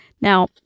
Now